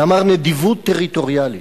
ואמר, נדיבות טריטוריאלית,